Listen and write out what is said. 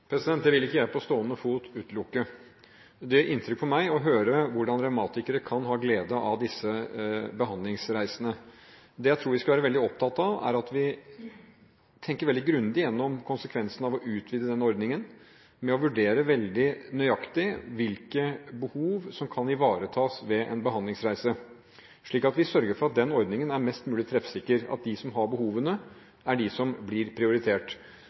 Det vil ikke jeg på stående fot utelukke. Det gjør inntrykk på meg å høre hvordan revmatikere kan ha glede av disse behandlingsreisene. Det jeg tror vi skal være veldig opptatt av, er at vi tenker veldig grundig gjennom konsekvensene av å utvide denne ordningen, ved å vurdere veldig nøyaktig hvilke behov som kan ivaretas ved en behandlingsreise, slik at vi sørger for at den ordningen er mest mulig treffsikker – at de som har behovene, er de som blir prioritert.